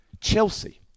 Chelsea